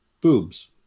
boobs